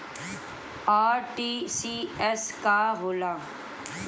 RTGS का होला?